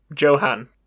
Johan